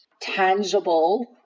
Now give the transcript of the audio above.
tangible